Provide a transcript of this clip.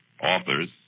authors